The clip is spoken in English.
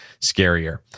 scarier